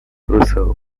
reserve